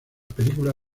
película